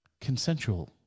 consensual